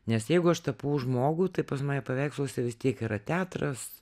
nes jeigu aš tapau žmogų tai pas mane paveiksluose vis tiek yra teatras